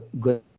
good